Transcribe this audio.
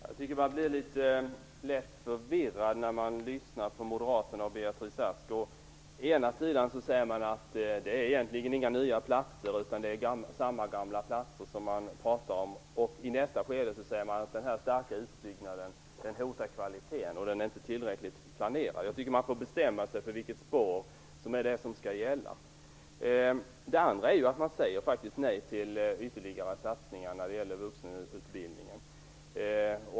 Fru talman! Jag blir litet lätt förvirrad när jag lyssnar på moderaterna och Beatrice Ask. Å ena sidan säger man att det egentligen inte är fråga om några nya platser utan att det är samma gamla platser som det talas om. I nästa skede säger man att den starka utbyggnaden hotar kvaliteten och att den inte är tillräckligt planerad. Jag tycker att man får bestämma sig för vilket spår som skall gälla. Man säger faktiskt nej till ytterligare satsningar på vuxenutbildning.